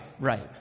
right